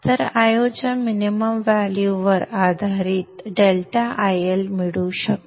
तर Io च्या minimum value वर आधारित ∆IL मूल्य मिळू शकते